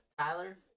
Tyler